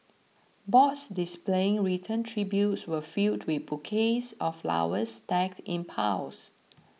boards displaying written tributes were filled we bouquets of flowers stacked in piles